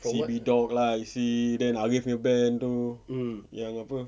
C_B dogs lah you see then arif punya band tu yang apa